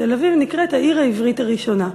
תל-אביב נקראת "העיר העברית הראשונה"